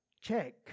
check